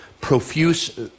profuse